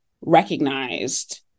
recognized